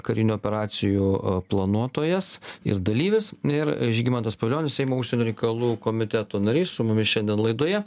karinių operacijų planuotojas ir dalyvis ir žygimantas pavilionis seimo užsienio reikalų komiteto narys su mumis šiandien laidoje